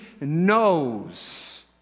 knows